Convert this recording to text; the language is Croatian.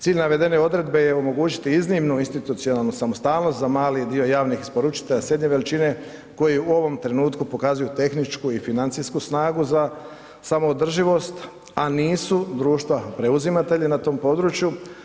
Cilj navedene odredbe je omogućiti iznimnu institucionalnu samostalnost za mali dio javnih isporučitelja srednje veličine koje u ovom trenutku pokazuju tehničku i financijsku snagu za samoodrživost, a nisu društva preuzimatelja na tom području.